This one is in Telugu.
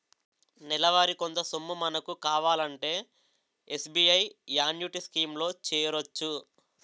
నెలవారీ కొంత సొమ్ము మనకు కావాలంటే ఎస్.బి.ఐ యాన్యుటీ స్కీం లో చేరొచ్చు